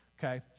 Okay